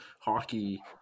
hockey